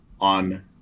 on